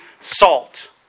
salt